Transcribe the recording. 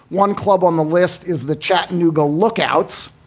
one club on the list is the chattanooga lookouts,